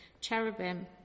cherubim